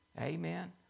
Amen